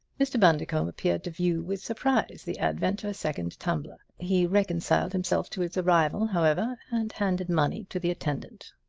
mr. bundercombe appeared to view with surprise the advent of a second tumbler. he reconciled himself to its arrival, however, and handed money to the attendant.